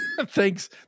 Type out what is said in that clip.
Thanks